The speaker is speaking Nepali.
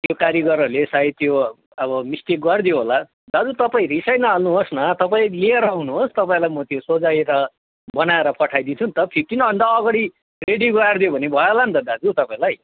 त्यो कारिगरहरूले सायद त्यो अब मिस्टेक गरिदियो होला दाजु तपाईँ रिसाइ न हाल्नुहोस् न तपाईँ लिएर आउनुहोस् तपाईँलाई म त्यो सोझ्याएर बनाएर पठाइदिन्छु नि त फिफ्टिनभन्दा अगाडि रेडी पारिदियो भने भयो होला नि त दाजु तपाईँलाई